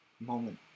moment